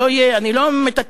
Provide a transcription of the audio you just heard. שלא יהיה, אני לא מטאטא.